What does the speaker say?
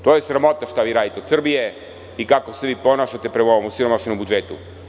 To je sramota šta vi radite od Srbije i kako se vi ponašate prema ovakvom siromašnom budžetu.